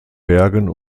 bergen